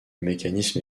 mécanisme